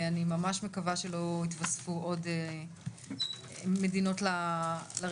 אני ממש מקווה שלא יתווספו עוד מדינות לרשימה.